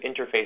interface